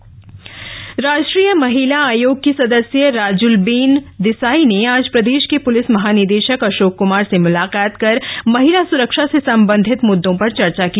महिला सुरक्षा राष्ट्रीय महिला आयोग की सदस्य राजूलबेन देसाई ने आज प्रदेश के प्लिस महानिदेशक अशोक क्मार से मुलाकात कर महिला सुरक्षा से सम्बन्धित मुद्दों पर चर्चा की